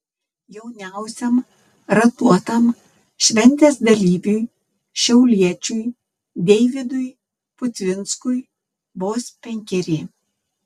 jauniausiam ratuotam šventės dalyviui šiauliečiui deividui putvinskui vos penkeri